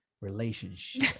relationship